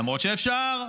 למרות שאפשר,